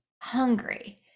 hungry